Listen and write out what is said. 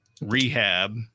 rehab